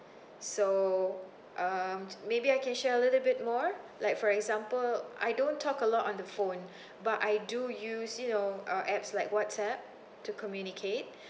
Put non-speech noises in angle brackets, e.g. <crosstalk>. so um maybe I can share a little bit more like for example I don't talk a lot on the phone <breath> but I do use you know uh apps like whatsapp to communicate